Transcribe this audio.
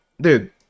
dude